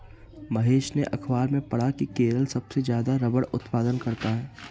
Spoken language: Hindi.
महेश ने अखबार में पढ़ा की केरल सबसे ज्यादा रबड़ उत्पादन करता है